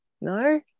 no